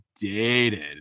dated